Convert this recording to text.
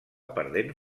perdent